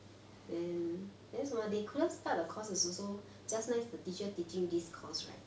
then then 什么 ah they couldn't start the course is also just nice the teacher teaching this course right